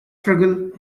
struggle